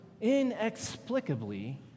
inexplicably